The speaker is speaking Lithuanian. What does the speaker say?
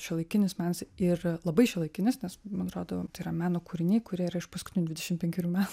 šiuolaikinis menas ir labai šiuolaikinis nes man atrodo tai yra meno kūriniai kurie yra iš paskutinių dvidešimt penkerių metų